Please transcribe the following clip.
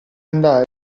andare